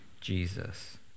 Jesus